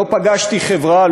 לא פגשתי חברה,